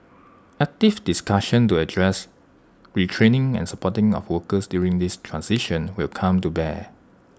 active discussion to address retraining and supporting of workers during this transition will come to bear